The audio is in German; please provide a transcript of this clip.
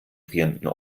frierenden